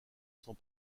sont